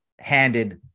handed